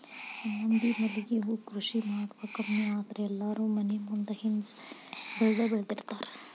ನಮ್ಮ ಮಂದಿ ಮಲ್ಲಿಗೆ ಹೂ ಕೃಷಿ ಮಾಡುದ ಕಮ್ಮಿ ಆದ್ರ ಎಲ್ಲಾರೂ ಮನಿ ಮುಂದ ಹಿಂದ ಬೆಳ್ದಬೆಳ್ದಿರ್ತಾರ